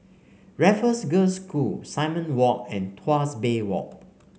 Raffles Girls' School Simon Walk and Tuas Bay Walk